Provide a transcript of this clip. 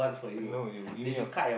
no you give me your